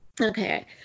Okay